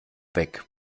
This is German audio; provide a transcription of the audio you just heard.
weg